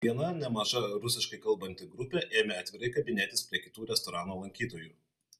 viena nemaža rusiškai kalbanti grupė ėmė atvirai kabinėtis prie kitų restorano lankytojų